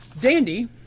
Dandy